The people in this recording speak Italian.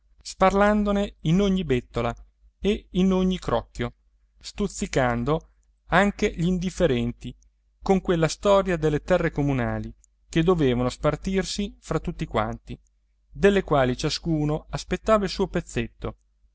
gesualdo sparlandone in ogni bettola e in ogni crocchio stuzzicando anche gli indifferenti con quella storia delle terre comunali che dovevano spartirsi fra tutti quanti delle quali ciascuno aspettava il suo pezzetto